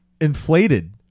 inflated